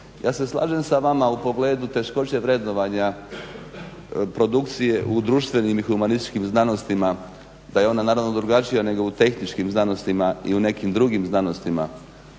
Ja se slažem sa vama u pogledu teškoće vrednovanja produkcije u društvenim i humanističkim znanostima da je ona naravno drugačija nego u tehničkim znanostima i u nekim drugim znanostima,